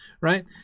right